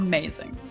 Amazing